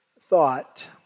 thought